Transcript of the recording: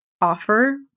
offer